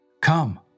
Come